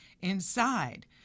inside